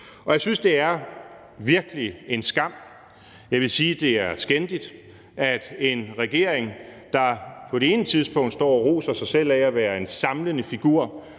Jeg synes virkelig, det er en skam. Jeg vil sige, det er skændigt, at en regering, der på det ene tidspunkt står og roser sig selv for at være en samlende figur